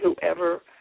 whoever